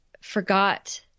forgot